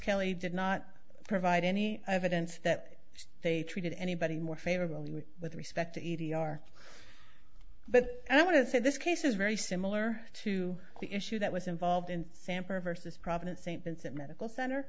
kelly did not provide any evidence that they treated anybody more favorably with respect to our but i want to say this case is very similar to the issue that was involved in samper versus providence st vincent medical center